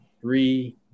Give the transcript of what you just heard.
three